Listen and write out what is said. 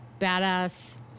badass